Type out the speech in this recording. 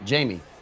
Jamie